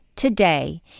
Today